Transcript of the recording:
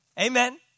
Amen